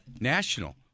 National